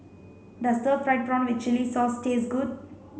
does stir fried prawn with chili sauce taste good